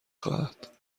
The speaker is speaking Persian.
خواهد